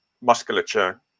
musculature